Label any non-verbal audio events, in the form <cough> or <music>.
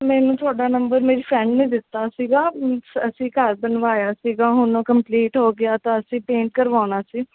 ਮੈਨੂੰ ਤੁਹਾਡਾ ਨੰਬਰ ਮੇਰੀ ਫਰੈਂਡ ਨੇ ਦਿੱਤਾ ਸੀਗਾ <unintelligible> ਅਸੀਂ ਘਰ ਬਣਵਾਇਆ ਸੀਗਾ ਹੁਣ ਉਹ ਕੰਪਲੀਟ ਹੋ ਗਿਆ ਤਾਂ ਅਸੀਂ ਪੇਂਟ ਕਰਵਾਉਣਾ ਸੀ